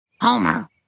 Homer